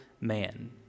man